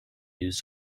used